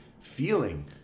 feeling